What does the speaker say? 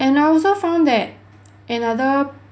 and I also found that another